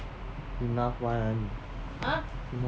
enough [one]